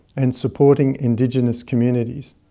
and supporting indigenous communities.